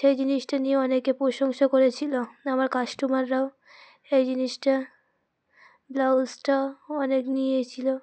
সেই জিনিসটা নিয়ে অনেকে প্রশংসা করেছিলো আমার কাস্টমাররাও এই জিনিসটা ব্লাউজটাও অনেক নিয়েছিলো